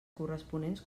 corresponents